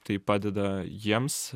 tai padeda jiems